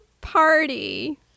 party